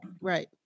Right